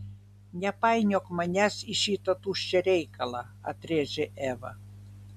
nepainiok manęs į šitą tuščią reikalą atrėžė eva